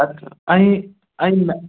अच्छा ऐं ऐं